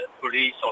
police